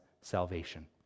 salvation